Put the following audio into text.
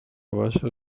baixa